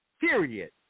period